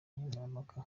nkemurampaka